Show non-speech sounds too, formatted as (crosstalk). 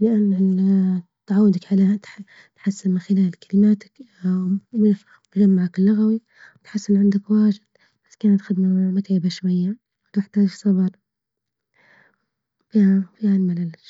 لأن ال تعودك على تح تحسن من خلال كلماتك وممكن مجمعك اللغوي وتحسن عندك واجد بس كانت خدمة متعبة شوية، تحتاج صبر (hesitation) فيها فيها الملل شوي.